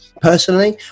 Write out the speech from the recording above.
personally